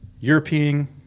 European